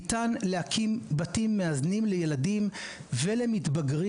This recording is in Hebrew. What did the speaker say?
ניתן להקים בתים מאזנים לילדים ולמתבגרים,